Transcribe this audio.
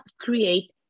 create